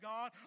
God